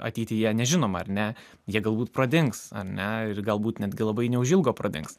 ateityje nežinoma ar ne jie galbūt pradings ar ne ir galbūt netgi labai neužilgo pradings